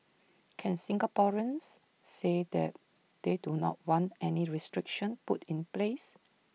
can Singaporeans say that they do not want any restriction put in place